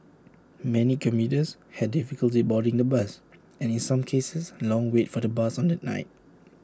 many commuters had difficulty boarding the bus and in some cases long wait for the bus on that night